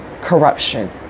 corruption